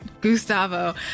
Gustavo